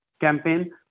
campaign